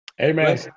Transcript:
Amen